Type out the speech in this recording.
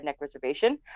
reservation